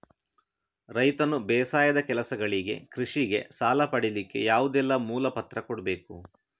ರೈತನು ಬೇಸಾಯದ ಕೆಲಸಗಳಿಗೆ, ಕೃಷಿಗೆ ಸಾಲ ಪಡಿಲಿಕ್ಕೆ ಯಾವುದೆಲ್ಲ ಮೂಲ ಪತ್ರ ಕೊಡ್ಬೇಕು?